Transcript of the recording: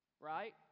Right